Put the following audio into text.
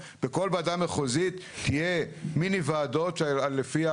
ואנחנו נמצאים בתוך סד תקציבים שמוגדר לנו ועושים בתוכו כמיטב יכולתנו.